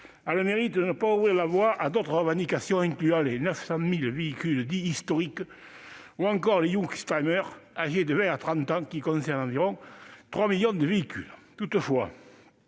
a le mérite de ne pas ouvrir la voie à d'autres revendications intégrant les 900 000 véhicules dits « historiques » ou encore les, véhicules âgés de 20 ans à 30 ans, qui représentent environ 3 millions de véhicules. Toutefois,